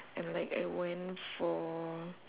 and like I went for